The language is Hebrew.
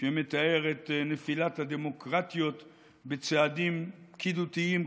שמתאר את נפילת הדמוקרטיות בצעדים פקידותיים קטנים,